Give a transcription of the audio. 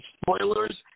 spoilers